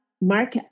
Mark